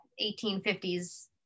1850s